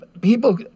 people